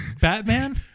Batman